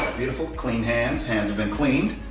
beautiful clean hands, hands have been cleaned.